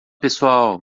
pessoal